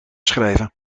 schrijven